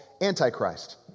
Antichrist